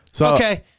Okay